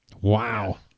wow